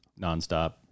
nonstop